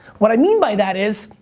what i mean by that is,